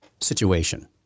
situation